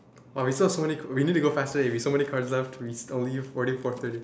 oh we still have so many we need to go faster eh we have so many cards left we only four thirty